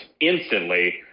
instantly